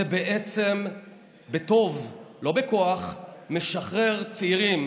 זה בעצם בטוב, לא בכוח, משחרר צעירים